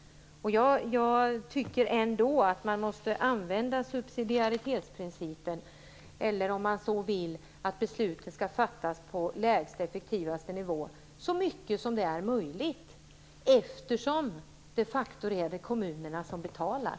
Jag tycker ändå att man måste använda subsidiaritetsprincipen. Besluten skall fattas på lägsta effektivaste nivå i så stor utsträckning som det är möjligt, eftersom det de facto är kommunerna som betalar.